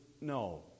No